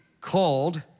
called